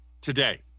today